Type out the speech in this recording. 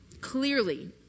Clearly